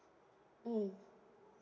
mm